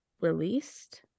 released